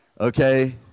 okay